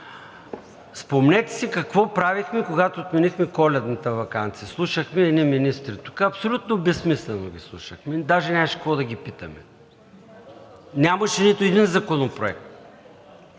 Спомнете си какво правехме, когато отменихме Коледната ваканция. Слушахме едни министри тук – абсолютно безсмислено ги слушахме, даже и нямаше какво да ги питаме. Нямаше нито един законопроект.